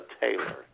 Taylor